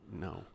no